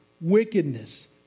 wickedness